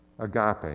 Agape